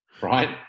right